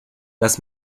lass